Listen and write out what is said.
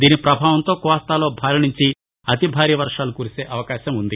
దీని పభావంతో కోస్తాలో భారీ నుంచి అతిభారీ వర్వాలు కురిసే అవకాశం ఉంది